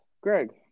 Greg